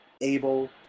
able